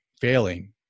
failing